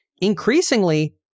Increasingly